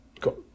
got